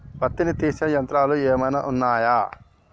పత్తిని తీసే యంత్రాలు ఏమైనా ఉన్నయా?